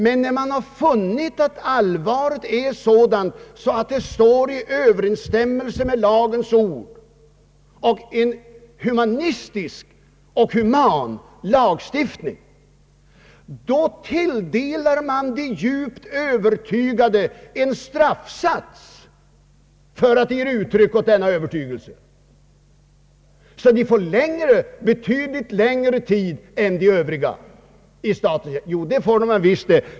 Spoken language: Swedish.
Men när nämnden har funnit att allvaret är sådant att det står i överensstämmelse med lagens ord — en human lagstiftning — då tilldelar man de djupt övertygade en straffsats för att de ger uttryck åt sin övertygelse. De får betydligt längre tjänstgöringstid än övriga värnpliktiga.